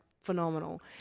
phenomenal